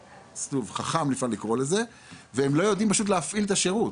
חכם והם לא יודעים להפעיל את השירות,